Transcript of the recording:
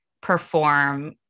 perform